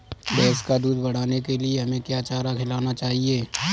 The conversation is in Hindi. भैंस का दूध बढ़ाने के लिए हमें क्या चारा खिलाना चाहिए?